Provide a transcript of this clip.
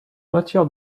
matière